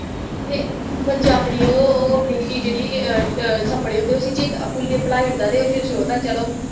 ते बच्चे अपनी ओ ओह् अपनी जेह्ड़ी सपने होंदे उस्सी चेत्ता भुल्ली भलाई ओड़दा ते फिर सोचदा चलो